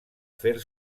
fer